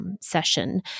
session